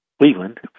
Cleveland